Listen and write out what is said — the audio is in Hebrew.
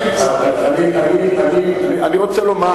אני רוצה לומר